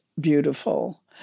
beautiful